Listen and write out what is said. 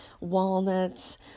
walnuts